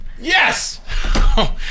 Yes